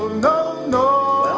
no, no.